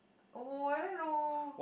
oh I don't know